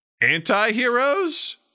anti-heroes